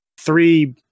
three